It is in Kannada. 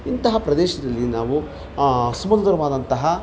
ಇಂತಹ ಪ್ರದೇಶದಲ್ಲಿ ನಾವು ಸುಮಧುರವಾದಂತಹ